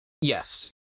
Yes